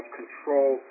control